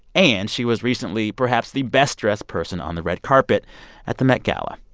and she was recently perhaps the best-dressed person on the red carpet at the met gala.